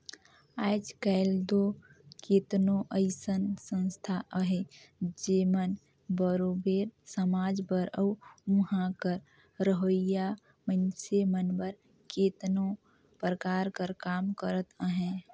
आएज काएल दो केतनो अइसन संस्था अहें जेमन बरोबेर समाज बर अउ उहां कर रहोइया मइनसे मन बर केतनो परकार कर काम करत अहें